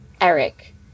Eric